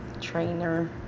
trainer